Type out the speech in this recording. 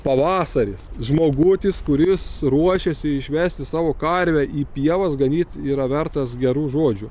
pavasaris žmogutis kuris ruošiasi išvesti savo karvę į pievas ganyt yra vertas gerų žodžių